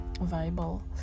viable